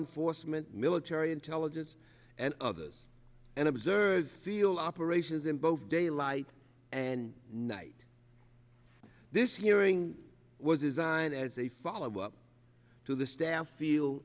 enforcement military intelligence and others and observers feel operations in both daylight and night this hearing was designed as a follow up to the staff feel